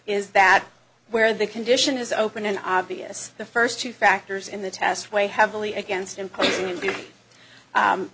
is that where the condition is open an obvious the first two factors in the test weigh heavily against